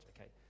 okay